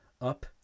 up